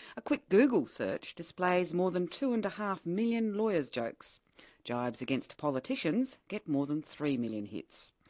a quick google search displays more than two-and-a-half million lawyers' jokes jibes against politicians get more than three million hits.